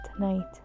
tonight